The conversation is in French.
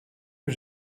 que